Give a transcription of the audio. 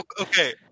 Okay